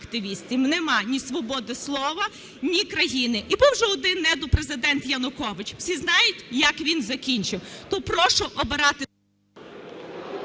нема ні свободи слова, ні країни. І був вже один недопрезидент - Янукович, всі знають, як він закінчив. То прошу обирати...